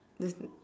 there's